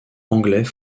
anglais